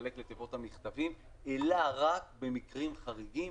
לחלק לתיבות המכתבים אלא רק במקרים חריגים,